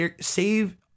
save